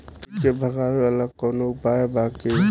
कीट के भगावेला कवनो उपाय बा की?